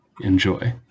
Enjoy